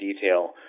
detail